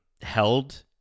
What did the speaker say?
held